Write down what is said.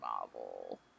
novel